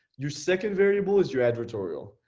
your second variable is your advertorial.